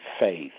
faith